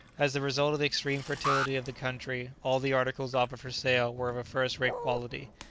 as the result of the extreme fertility of the country all the articles offered for sale were of a first-rate quality.